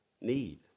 need